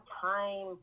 time